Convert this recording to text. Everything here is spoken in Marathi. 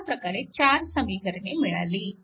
अशा प्रकारे चार समीकरणे मिळाली